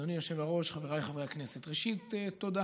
אדוני היושב-ראש, חבריי חברי הכנסת, ראשית, תודה,